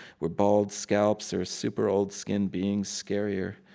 were bald scalps or super-old-skinned beings scarier?